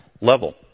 level